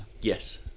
Yes